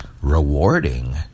rewarding